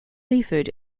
seafood